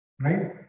right